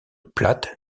plate